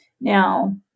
Now